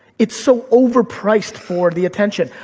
it's so overpriced for the attention.